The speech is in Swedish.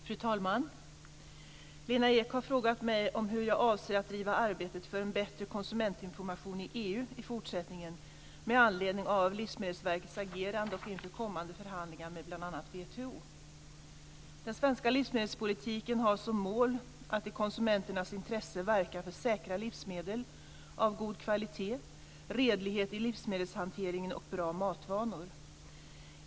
Fru talman! Lena Ek har frågat mig om hur jag avser att driva arbetet för en bättre konsumentinformation i EU i fortsättningen med anledning av Livsmedelsverkets agerande och inför kommande förhandlingar med bl.a. WTO. Den svenska livsmedelspolitiken har som mål att i konsumenternas intresse verka för säkra livsmedel av god kvalitet, redlighet i livsmedelshanteringen och bra matvanor.